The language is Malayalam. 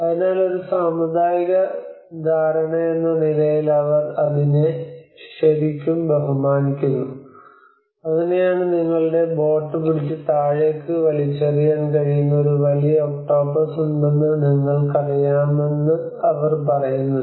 അതിനാൽ ഒരു സാമുദായിക ധാരണയെന്ന നിലയിൽ അവർ അതിനെ ശരിക്കും ബഹുമാനിക്കുന്നു അങ്ങനെയാണ് നിങ്ങളുടെ ബോട്ട് പിടിച്ച് താഴേക്ക് വലിച്ചെറിയാൻ കഴിയുന്ന ഒരു വലിയ ഒക്ടോപസ് ഉണ്ടെന്ന് നിങ്ങൾക്കറിയാമെന്ന് അവർ പറയുന്നത്